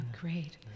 great